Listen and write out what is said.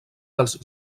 dels